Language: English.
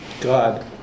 God